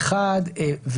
האחת,